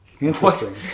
Interesting